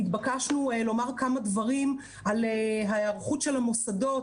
נתבקשנו לומר כמה דברים על ההיערכות של המוסדות